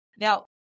Now